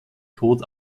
kot